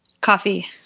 Coffee